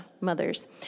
mothers